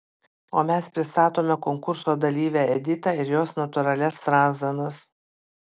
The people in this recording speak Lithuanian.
o mes pristatome konkurso dalyvę editą ir jos natūralias strazdanas